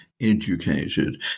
Educated